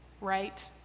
right